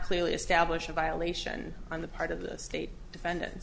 clearly establish a violation on the part of the state defend